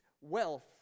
wealth